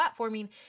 platforming